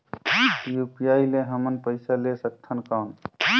UPI ले हमन पइसा ले सकथन कौन?